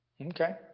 Okay